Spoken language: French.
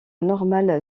normale